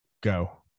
go